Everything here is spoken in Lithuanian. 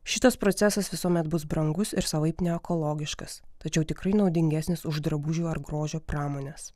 šitas procesas visuomet bus brangus ir savaip neekologiškas tačiau tikrai naudingesnis už drabužių ar grožio pramones